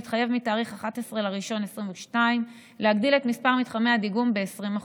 התחייב מתאריך 11 בינואר 2022 להגדיל את מספר מתחמי הדיגום ב-20%.